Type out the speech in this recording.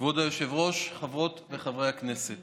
כבוד היושב-ראש, חברות וחברי הכנסת,